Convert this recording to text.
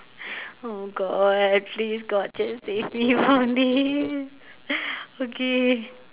oh god please god just save me from this okay